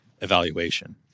evaluation